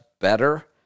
better